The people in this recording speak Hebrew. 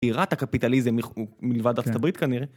בירת הקפיטליזם מלבד ארה״ב כנראה.